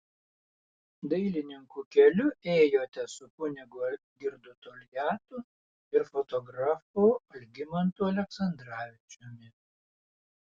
dailininkų keliu ėjote su kunigu algirdu toliatu ir fotografu algimantu aleksandravičiumi